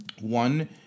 One